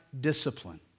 discipline